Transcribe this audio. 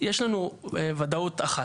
יש לנו ודאות אחת.